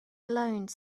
alone